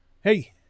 Hey